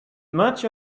much